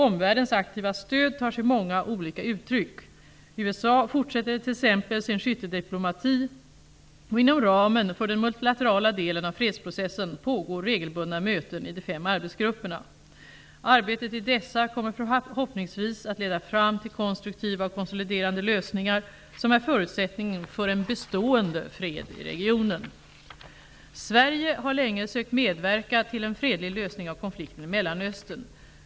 Omvärldens aktiva stöd tar sig många olika uttryck: USA fortsätter t.ex. sin skytteldiplomati, och inom ramen för den multilaterala delen av fredsprocessen pågår regelbundna möten i de fem arbetsgrupperna. Arbetet i dessa kommer förhoppningsvis att leda fram till konstruktiva och konsoliderande lösningar som är förutsättningen för en bestående fred i regionen. Sverige har länge sökt medverka till en fredlig lösning av konflikten i Mellanöstern.